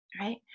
right